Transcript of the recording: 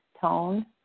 tone